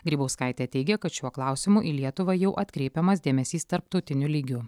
grybauskaitė teigia kad šiuo klausimu į lietuvą jau atkreipiamas dėmesys tarptautiniu lygiu